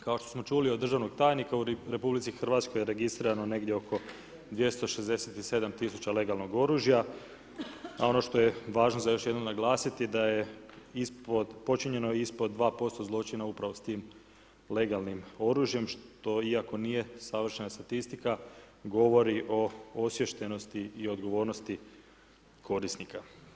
Kao što smo čuli od državnog tajnika u Republici Hrvatskoj je registrirano negdje oko 267 tisuća legalnog oružja, a ono što je važno za još jednom naglasiti da je ispod, počinjeno ispod 2% zločina upravo s tim legalnim oružjem što iako nije savršena statistika govori o osviještenosti i odgovornosti korisnika.